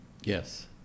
Yes